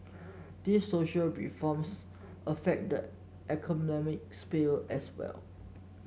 these social reforms affect the economic sphere as well